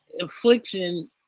affliction